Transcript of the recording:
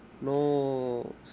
no